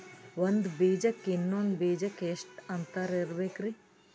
ಒಂದ್ ಬೀಜಕ್ಕ ಇನ್ನೊಂದು ಬೀಜಕ್ಕ ಎಷ್ಟ್ ಅಂತರ ಇರಬೇಕ್ರಿ?